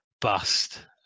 bust